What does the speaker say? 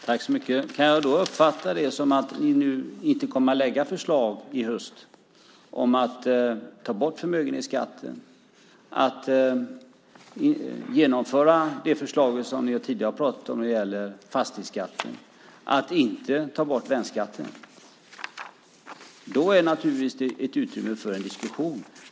Herr talman! Kan jag uppfatta detta som att ni inte kommer att lägga fram förslag i höst om att ta bort förmögenhetsskatten, att ni inte kommer att genomföra de förslag som ni tidigare har pratat om när det gäller fastighetsskatten och att ni inte kommer att ta bort värnskatten? Då är det naturligtvis ett utrymme för en diskussion.